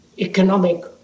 economic